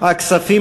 הכספים